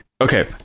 Okay